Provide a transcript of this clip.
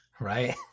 Right